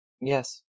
yes